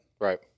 Right